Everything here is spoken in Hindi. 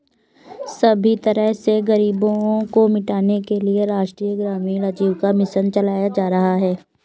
सभी तरह से गरीबी को मिटाने के लिये राष्ट्रीय ग्रामीण आजीविका मिशन चलाया जा रहा है